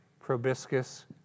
proboscis